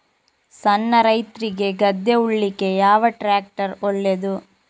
ಸಣ್ಣ ರೈತ್ರಿಗೆ ಗದ್ದೆ ಉಳ್ಳಿಕೆ ಯಾವ ಟ್ರ್ಯಾಕ್ಟರ್ ಒಳ್ಳೆದು?